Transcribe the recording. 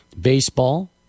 baseball